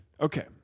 okay